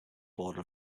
border